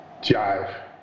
jive